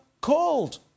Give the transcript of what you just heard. called